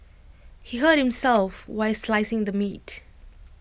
he hurt himself while slicing the meat